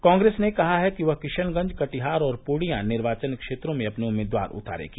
कांग्रेस ने कहा है कि वह किशनगंज कटिहार और पूर्णिया निर्वाचन क्षेत्रों में अपने उम्मीदवार उतारेगी